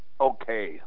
okay